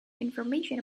information